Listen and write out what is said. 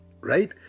right